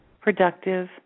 productive